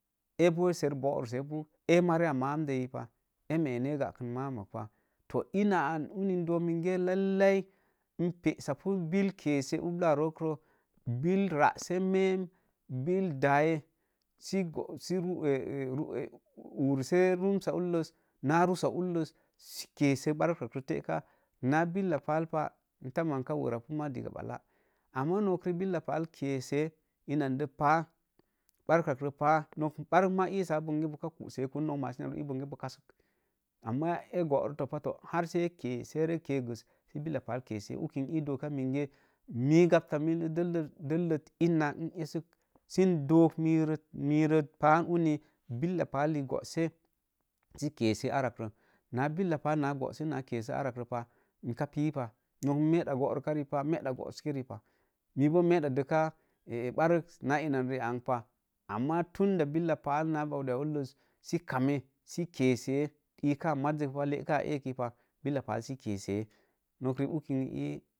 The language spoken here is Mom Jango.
Ee boo ser borusepu, ee mari ya mam rei yipah, ee mee ni ee gagkən mam mak pah, to ina an uni n dook minge lailai, n pesapu bill kese ublla roo ro. Bill raase mem sə daye sə oruse rumsa unləs sə kessa barkak ree teka, naa billa palpah n ka werra pu ma digga ɓalla. Ama nok riik billa pat kessee inan də pah, barkakro pah, bark maa isaa boka kusekun, nok macin na ez isapu boo kasək, ama ee goro topato se kee, sə ee ree kee gəs, billa pal kesse, unki n doka menge mii gabta mira dellək, ina in essək sən dook nii ree pah uni billa pal lə goose sə kesse arakree billa pal na goo sə nakə kessee anrak voo pah, ika pepah, nok n meda dəkka bark naa inan riiempah, ama tunda billa pal naa baude a ulləz sə kame sə keesee, leekaa mazəkpah, leekaa ee kipah. Nok riik upi